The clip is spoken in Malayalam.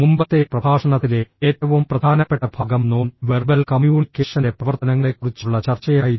മുമ്പത്തെ പ്രഭാഷണത്തിലെ ഏറ്റവും പ്രധാനപ്പെട്ട ഭാഗം നോൺ വെർബൽ കമ്മ്യൂണിക്കേഷന്റെ പ്രവർത്തനങ്ങളെക്കുറിച്ചുള്ള ചർച്ചയായിരുന്നു